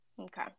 Okay